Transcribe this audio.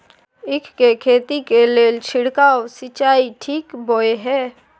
ईख के खेती के लेल छिरकाव सिंचाई ठीक बोय ह?